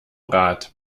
rad